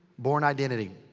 bourne identity.